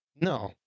No